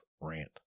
rant